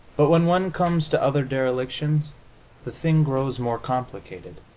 but when one comes to other derelictions the thing grows more complicated.